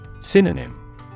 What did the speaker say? Synonym